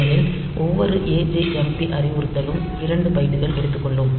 ஏனெனில் ஒவ்வொறு ajmp அறிவுறுத்தலும் 2 பைட்டுகள் எடுத்துக் கொள்ளும்